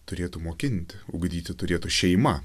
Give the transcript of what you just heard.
turėtų mokinti ugdyti turėtų šeima